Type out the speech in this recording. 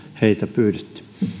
heitä pyydetty